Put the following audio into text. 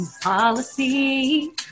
policy